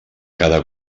cada